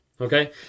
okay